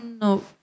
no